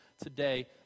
today